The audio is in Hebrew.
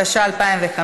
התשע"ה 2015,